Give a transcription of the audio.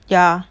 ya